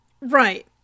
Right